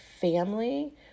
family